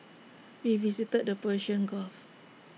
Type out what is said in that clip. we visited the Persian gulf